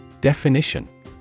Definition